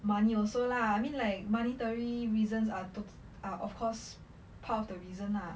money also lah I mean like monetary reasons are to~ are of course part of the reason lah